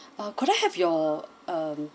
uh could I have your um